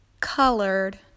Colored